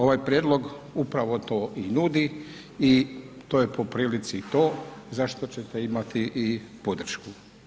Ovaj prijedlog upravo to i nudi i to je po prilici to zašto ćete imati i podršku.